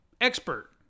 expert